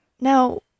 Now